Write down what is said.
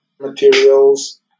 materials